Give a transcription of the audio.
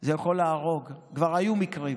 זה יכול להרוג, כבר היו מקרים.